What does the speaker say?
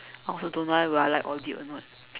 I also don't know eh will I like audit or not